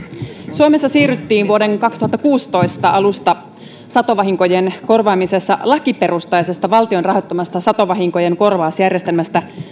suomessa siirryttiin vuoden kaksituhattakuusitoista alusta satovahinkojen korvaamisessa lakiperusteisesta valtion rahoittamasta satovahinkojen korvausjärjestelmästä